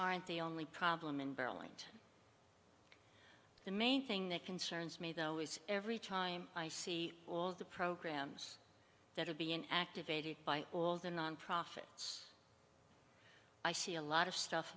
aren't the only problem in burlington the main thing that concerns me though is every time i see the programs that are being activated by all the non profits i see a lot of stuff